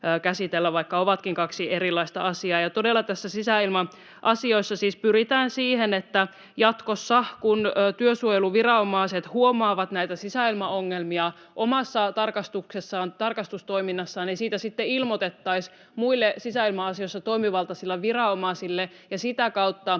vaikka ovatkin kaksi erilaista asiaa. Ja todella näissä sisäilma-asioissa siis pyritään siihen, että jatkossa kun työsuojeluviranomaiset huomaavat näitä sisäilmaongelmia omassa tarkastustoiminnassaan, niistä sitten ilmoitettaisiin muille sisäilma-asioissa toimivaltaisille viranomaisille ja sitä kautta